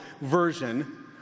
version